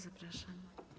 Zapraszam.